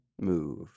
move